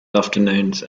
afternoons